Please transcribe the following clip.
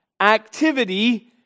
Activity